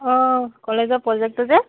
অঁ কলেজৰ প্ৰজেক্টটো যে